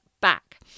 back